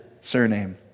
surname